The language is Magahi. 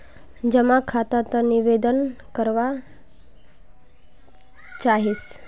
जमा खाता त निवेदन करवा चाहीस?